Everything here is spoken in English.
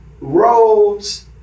roads